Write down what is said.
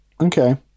okay